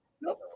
Nope